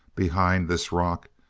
behind this rock,